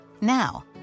Now